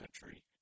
country